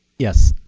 yes.